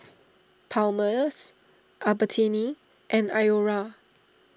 Palmer's Albertini and Iora